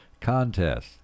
contests